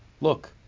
Look